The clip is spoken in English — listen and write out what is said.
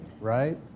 right